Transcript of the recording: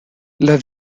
las